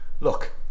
Look